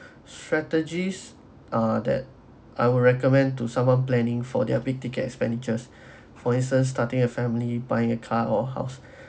strategies uh that I would recommend to someone planning for their big ticket expenditures for instance starting a family buying a car or house